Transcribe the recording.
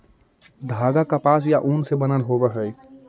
धागा कपास या ऊन से बनल होवऽ हई